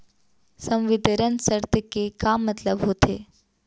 संवितरण शर्त के का मतलब होथे?